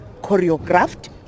choreographed